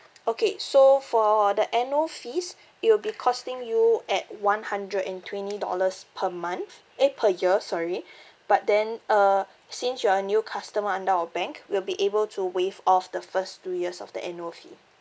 okay so for the annual fees it will be costing you at one hundred and twenty dollars per month eh per year sorry but then uh since you are a new customer under our bank we'll be able to waive off the first two years of the annual fee